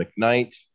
McKnight